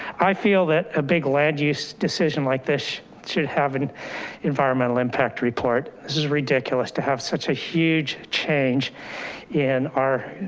i feel that a big land use decision like this should have an environmental impact report. this is ridiculous to have such a huge change in our